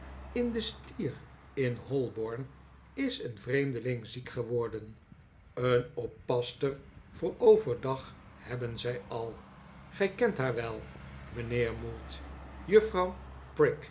in de stier in holborn is een vreemdeling ziek geworden een oppasster voor overdag hebben zij al gij kent haar wel mijnheer mould juffrouw